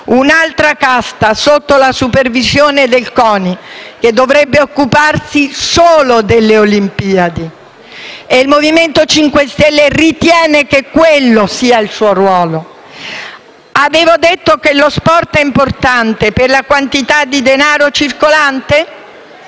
un'altra casta, sotto la supervisione del CONI, che dovrebbe occuparsi solo delle Olimpiadi. E il Movimento 5 Stelle ritiene che quello sia il suo ruolo. Ricordate che ho detto che lo sport è importante per la quantità di denaro circolante?